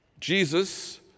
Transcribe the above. Jesus